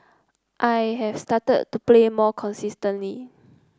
I have started to play more consistently